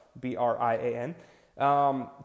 B-R-I-A-N